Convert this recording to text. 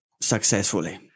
successfully